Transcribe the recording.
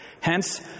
Hence